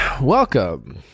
Welcome